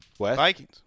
Vikings